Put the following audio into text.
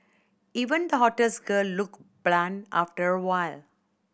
even the hottest girl looked bland after awhile